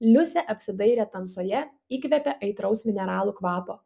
liusė apsidairė tamsoje įkvėpė aitraus mineralų kvapo